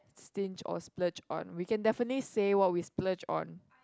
stinge or splurge on we can definitely say what we splurge on